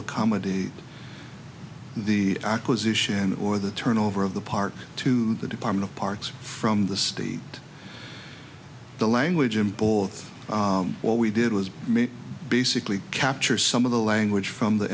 accommodate the acquisition or the turnover of the part to the department of parks from the state the language in both what we did was made basically capture some of the language from the